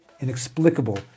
inexplicable